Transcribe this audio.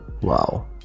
Wow